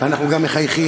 אנחנו גם מחייכים.